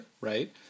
right